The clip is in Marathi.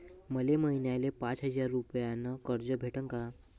मले महिन्याले पाच हजार रुपयानं कर्ज भेटन का?